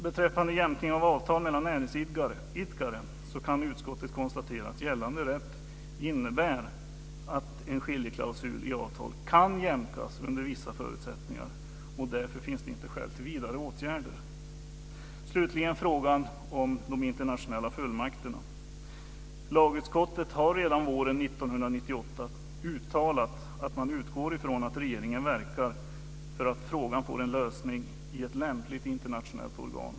Beträffande jämkning av avtal mellan näringsidkare så kan utskottet konstatera att gällande rätt innebär att en skiljeklausul i avtal kan jämkas under vissa förutsättningar och att det därför inte finns skäl till vidare åtgärder. Slutligen frågan om de internationella fullmakterna. Lagutskottet har redan våren 1998 uttalat att man utgår från att regeringen verkar för att frågan får en lösning i ett lämpligt internationellt organ.